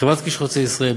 חברת "כביש חוצה ישראל",